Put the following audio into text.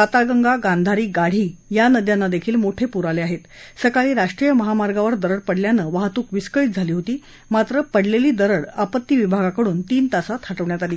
आताळगंगा गांधारी गाढी या नद्यानाही मोठप्रि आल आहप्त सकाळी राष्ट्रीय महामार्गावर दरड पडल्यानं वाहतूक विस्कळीत झाली होती मात्र पडलछी दरड आपत्ती विभागाकडून तीन तासात हटवण्यात आली